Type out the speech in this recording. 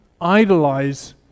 idolize